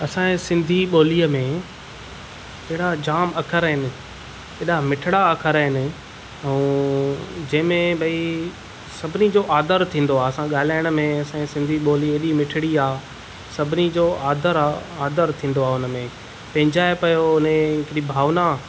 असांजे सिंधी ॿोलीअ में एहिड़ा जाम अख़र आहिनि एॾा मिठिड़ा अख़र आहिनि ऐं जंहिंमें भई सभिनी जो आदरु थींदो आहे असांजे ॻाल्हाइण में असांजी सिंधी ॿोली एॾी मिठिड़ी आहे सभिनी जो आदरु आहे आदरु थींदो आहे उनमें पंहिंजाइपो हिकिड़ी भावना